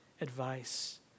advice